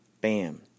Bam